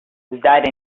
that